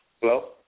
Hello